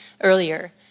earlier